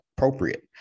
appropriate